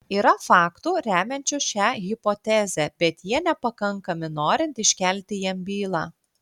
yra faktų remiančių šią hipotezę bet jie nepakankami norint iškelti jam bylą